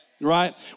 Right